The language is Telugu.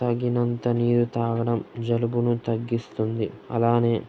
తగినంత నీరు త్రాగడం జలుబును తగ్గిస్తుంది అలానే